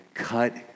Cut